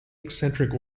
eccentric